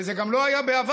וזה גם לא היה בעבר.